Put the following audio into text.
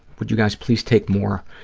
would you guys please take more,